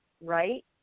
right